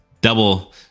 double